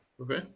Okay